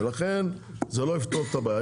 ולכן זה לא יפתור את הבעיה.